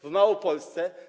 W Małopolsce.